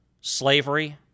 slavery